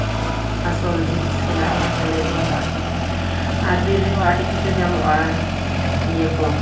ᱟᱥᱚᱞ ᱡᱤᱱᱤᱥ ᱠᱟᱱᱟ ᱚᱱᱮ ᱜᱮᱞᱮ ᱡᱚᱢᱟᱜ ᱜᱮᱭᱟ ᱟᱨ ᱵᱤᱨ ᱨᱮᱦᱚᱸ ᱟᱹᱰᱤ ᱠᱤᱪᱷᱩ ᱧᱟᱢᱚᱜᱼᱟ ᱤᱭᱟᱹ ᱠᱚ